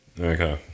Okay